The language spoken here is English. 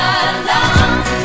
alone